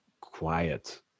quiet